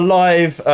live